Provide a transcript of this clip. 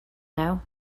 now